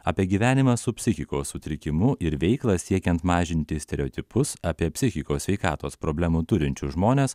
apie gyvenimą su psichikos sutrikimu ir veiklą siekiant mažinti stereotipus apie psichikos sveikatos problemų turinčius žmones